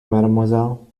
mademoiselle